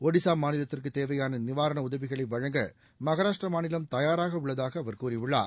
ஒடிசா மாநிலத்திற்கு தேவையான நிவாரண உதவிகளை வழங்க மகாராஷ்டிர மாநிலம் தயாராக உள்ளதாக அவர் கூறியுள்ளார்